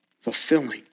fulfilling